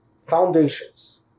foundations